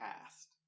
cast